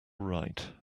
write